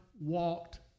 walked